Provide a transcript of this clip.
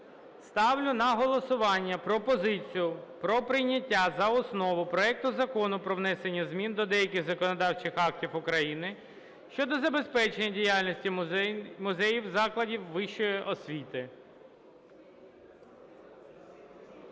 Ставлю на голосування пропозицію про прийняття за основу проекту Закону про внесення змін до деяких законодавчих актів України щодо забезпечення діяльності музеїв закладів вищої освіти.